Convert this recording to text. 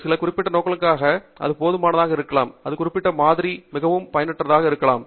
சில குறிப்பிட்ட நோக்கங்களுக்காக அது போதுமானதாக இருக்கலாம் அது குறிப்பிட்ட மாதிரி மாதிரிகள் மிகவும் பயனற்றதாக இருக்கலாம்